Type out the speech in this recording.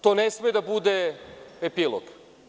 To ne sme da bude epilog.